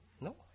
no